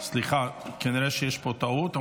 התקבלה בקריאה הראשונה ותחזור לוועדה לביטחון